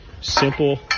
simple